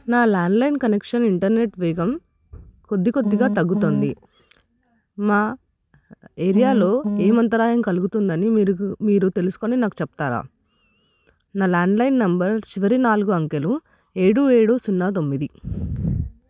నా landline connection internet వేగం కొద్ది కొద్దిగా తగ్గుతుంది మా ఏరియాలో ఏమి అంతరాయం కలుగుతుందని మీరు మీరు తెలుసుకొని నాకు చెప్తారా నా ల్యాండ్లైన్ నెంబర్ చివరి నాలుగు అంకెలు ఏడు ఏడు సున్నా తొమ్మిది